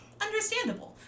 understandable